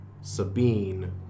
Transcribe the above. Sabine